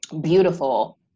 beautiful